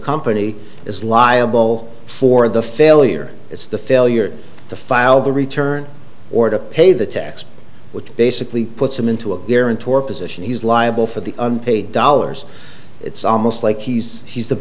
company is liable for the failure it's the failure to file the return or to pay the tax which basically puts him into a barren tore position he's liable for the unpaid dollars it's almost like he's he's the